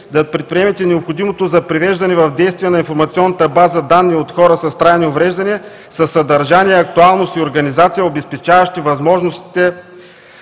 да предприемете необходимото за привеждане в действие на Информационната база данни за хора с трайни увреждания със съдържание, актуалност и организация, обезпечаващи възможността